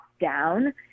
down